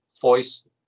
voice